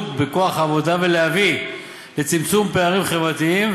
בכוח העבודה ולהביא לצמצום פערים חברתיים,